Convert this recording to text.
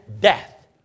death